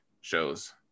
shows